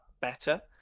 better